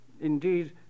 Indeed